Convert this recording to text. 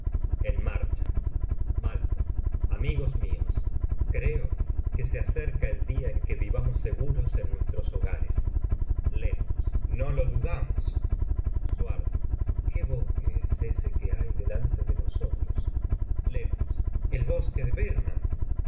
suar malo macd amigos míos creo que se acerca el día en que vivamos seguros en nuestros hogares no lo dudamos qué bosque es ese que hay delante de nosotros el bosque de birnam